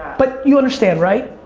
but you understand, right?